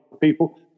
people